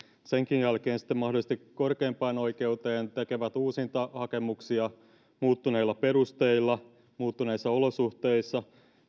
senkin jälkeen sitten mahdollisesti korkeimpaan oikeuteen tekevät uusintahakemuksia muuttuneilla perusteilla muuttuneissa olosuhteissa